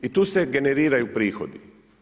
I tu se generiraju prihodi.